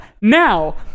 now